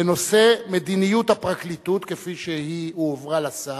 בנושא: מדיניות הפרקליטות, כפי שהיא הועברה לשר.